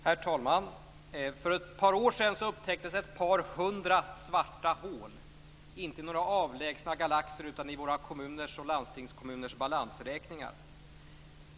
Herr talman! För ett par år sedan upptäcktes ett par hundra svarta hål, inte i några avlägsna galaxer, utan i våra kommuners och landstingskommuners balansräkningar.